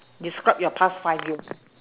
describe your past five years